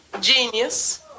genius